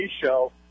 show